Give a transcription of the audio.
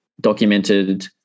documented